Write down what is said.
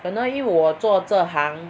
可能因为我做这行